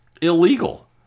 illegal